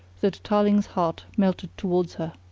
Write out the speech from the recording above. that tarling's heart melted towards her.